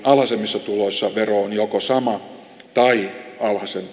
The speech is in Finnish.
alhaisemmissa tuloissa vero on joko sama tai alhaisempi